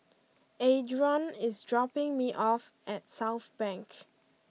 Adron is dropping me off at Southbank